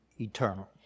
eternal